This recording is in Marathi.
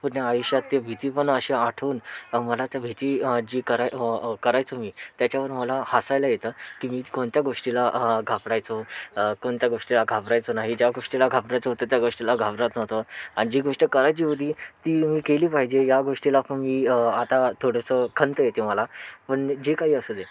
या आयुष्यात भीती पण अशी आठवून मला त्या भीती जी कराय करायचो मी त्याच्यावरून मला हसायला येतं की मी कोणत्या गोष्टीला घाबरायचो कोणत्या गोष्टीला घाबरायचो नाही ज्या गोष्टीला घाबरायचं होतं त्या गोष्टीला घाबरत नव्हतो आणि जी गोष्ट करायची होती ती केली पाहिजे या गोष्टीला आता मी आता थोडंसं खंत येती मला पण जे काही असू दे